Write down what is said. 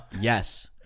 Yes